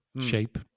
shape